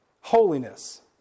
holiness